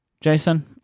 Jason